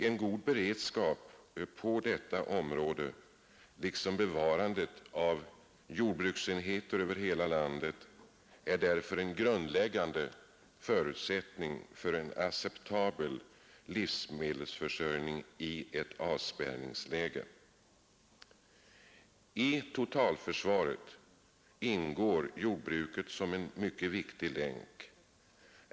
En god beredskap på detta område liksom bevarande av jordbruksenheter över hela landet är därför en grundläggande förutsättning för en acceptabel livsmedelsförsörjning i ett avspärrningsläge. I totalförsvaret ingår jordbruket som en mycket viktig länk.